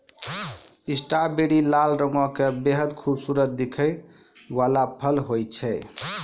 strawberry लाल रंग के बेहद खूबसूरत दिखै वाला फल होय छै